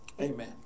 Amen